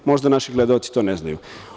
Možda naši gledaoci to ne znaju.